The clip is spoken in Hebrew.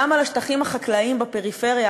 גם על השטחים החקלאיים בפריפריה,